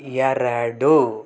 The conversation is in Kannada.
ಎರಡು